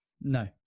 No